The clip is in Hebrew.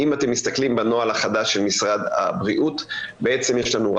אם אתם מסתכלים בנוהל החדש של משרד הבריאות בעצם יש לנו רק,